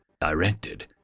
Directed